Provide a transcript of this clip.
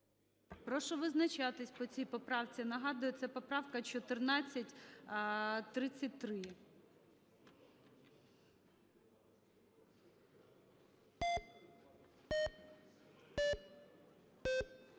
Прошу визначатися по цій поправці. Нагадую, це поправка 1433.